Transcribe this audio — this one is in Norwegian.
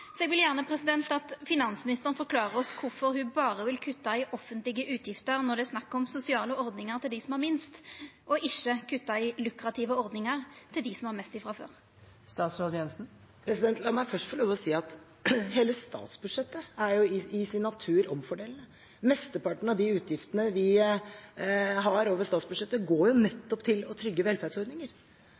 Så eg vil gjerne at finansministeren forklarer oss kvifor ho berre vil kutta i offentlege utgifter når det er snakk om sosiale ordningar til dei som har minst, og ikkje kutta i lukrative ordningar til dei som har mest frå før. La meg først få lov til å si at hele statsbudsjettet er i sin natur omfordelende. Mesteparten av de utgiftene vi har over statsbudsjettet, går nettopp til å trygge